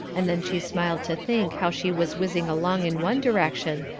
and then she smiled to think how she was whizzing along in one direction,